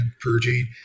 purging